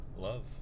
love